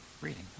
Reading